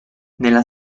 nella